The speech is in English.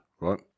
right